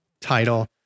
title